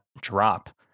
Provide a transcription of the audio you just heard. drop